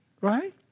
right